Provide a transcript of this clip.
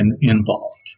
involved